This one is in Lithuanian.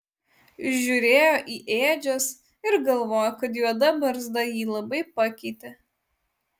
žiūrėjo į ėdžias ir galvojo kad juoda barzda jį labai pakeitė